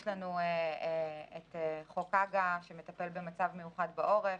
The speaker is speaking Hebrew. יש לנו את חוק הג"א, שמטפל במצב מיוחד בעורף.